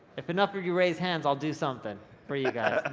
if enough of you raise hands, i'll do something for you guys.